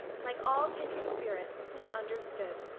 like all kindred spirits he understood.